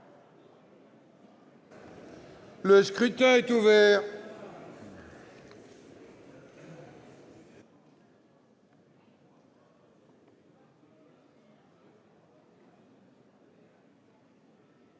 Le scrutin est ouvert.